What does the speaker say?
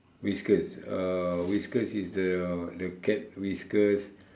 whiskers uh whiskers is the cat whiskers